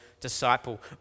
disciple